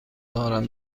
دارم